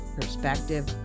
perspective